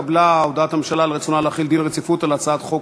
הודעת הממשלה על רצונה להחיל דין רציפות על הצעת חוק